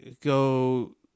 go